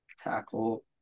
tackle